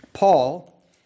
Paul